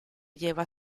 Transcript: lleva